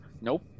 Nope